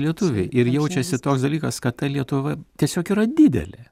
lietuviai ir jaučiasi toks dalykas kad ta lietuva tiesiog yra didelė